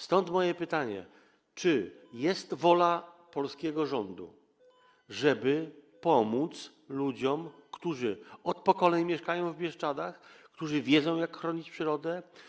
Stąd moje pytanie: Czy jest wola polskiego rządu, żeby pomóc ludziom, którzy od pokoleń mieszkają w Bieszczadach, którzy wiedzą, jak chronić przyrodę?